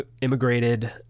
immigrated